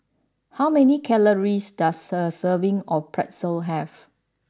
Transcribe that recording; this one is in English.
how many calories does a serving of Pretzel have